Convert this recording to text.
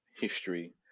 history